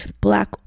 black